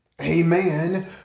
Amen